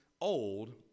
old